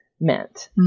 meant